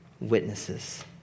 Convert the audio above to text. witnesses